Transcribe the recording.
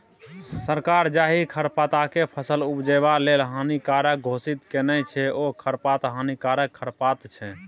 सरकार जाहि खरपातकेँ फसल उपजेबा लेल हानिकारक घोषित केने छै ओ खरपात हानिकारक खरपात छै